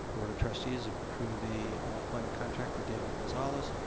board of trustees approve the employment contract for david gonzales,